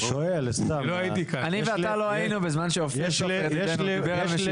אני ואתה לא היינו בזמן שאופיר סופר דיבר על זה.